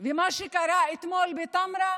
ומה שקרה אתמול בטמרה,